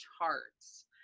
charts